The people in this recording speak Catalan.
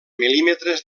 mil·límetres